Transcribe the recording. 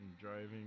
driving